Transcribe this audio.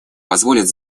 позволит